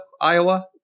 Iowa